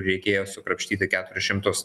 reikėjo sukrapštyti keturis šimtus